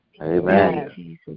Amen